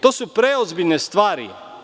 To su preozbiljne stvari.